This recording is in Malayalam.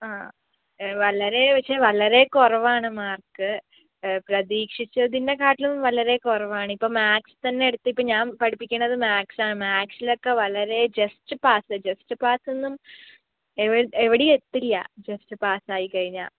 ആ വളരെ പക്ഷെ വളരെ കുറവാണ് മാർക്ക് പ്രതീക്ഷിച്ചതിനെക്കാട്ടിലും വളരെ നല്ല കുറവാണ് ഇപ്പം മാക്സ് തന്നെയെടുത്തു ഇപ്പോൾ ഞാൻ പഠിപ്പിക്കണത് മാക്സാണ് മാക്സിലൊക്കെ വളരെ ജസ്റ്റ് പാസ്സ് ജസ്റ്റ് പാസ്സൊന്നും എവിടെ എവിടെയും എത്തില്ല ജസ്റ്റ് പാസ്സായിക്കഴിഞ്ഞാൽ